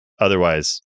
otherwise